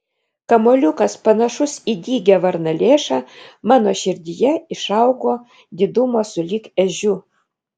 kamuoliukas panašus į dygią varnalėšą mano širdyje išaugo didumo sulig ežiu